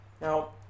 Now